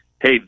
hey